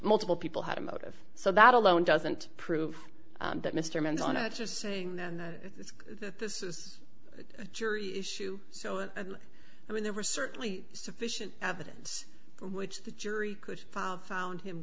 multiple people had a motive so that alone doesn't prove that mr man's on it just saying that this is a jury issue so i mean there were certainly sufficient evidence which the jury could have found him